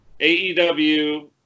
AEW